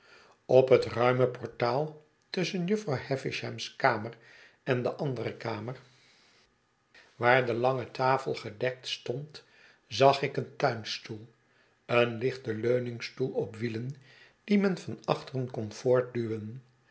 op het ruime portaal tusschen jufvrouw havisham's kamer en de andere kamer waar de lange tafel gedekt stond zag ik een tuinstoel een lichten leumngstoel op wielen dien men van achteren kon